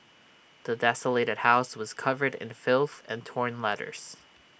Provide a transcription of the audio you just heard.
the desolated house was covered in filth and torn letters